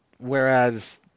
Whereas